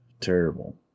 Terrible